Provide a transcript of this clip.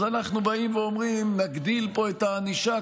אז אנחנו באים ואומרים: נגדיל פה את הענישה,